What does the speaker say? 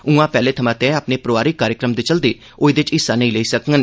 उआं पैहले सोआ तैय अपने परोआरिक कार्यक्रम दे चलदे ओह् एह्दे च हिस्सा नेई लेई सकडन